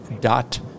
dot